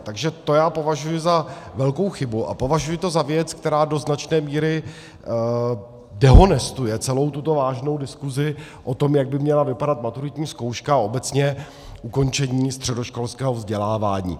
Takže to já považuji za velkou chybu a považuji to za věc, která do značné míry dehonestuje celou tuto vážnou diskuzi o tom, jak by měla vypadat maturitní zkouška a obecně ukončení středoškolského vzdělávání.